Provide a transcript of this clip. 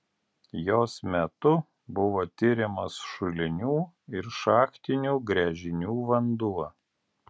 jos metu buvo tiriamas šulinių ir šachtinių gręžinių vanduo